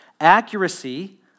Accuracy